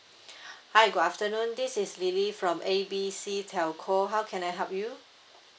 hi good afternoon this is lily from A B C telco how can I help you